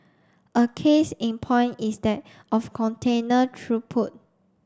a case in point is that of container throughput